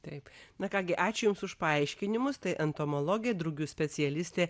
taip na ką gi ačiū jums už paaiškinimus tai entomologė drugių specialistė